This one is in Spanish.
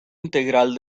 integral